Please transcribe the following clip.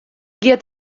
giet